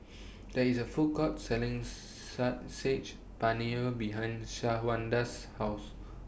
There IS A Food Court Selling Saag Sage Paneer behind Shawanda's House